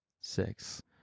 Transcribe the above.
six